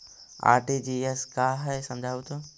RTGS का है समझाहू तो?